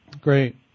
Great